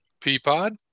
Peapod